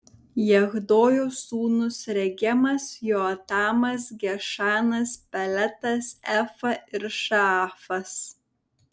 jahdojo sūnūs regemas joatamas gešanas peletas efa ir šaafas